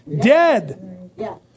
dead